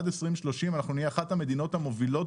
עד 2030 אנחנו נהיה אחת המדינות המובילות